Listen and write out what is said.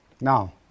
Now